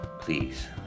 please